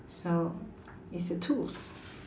so it's a tools